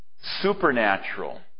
supernatural